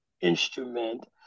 instrument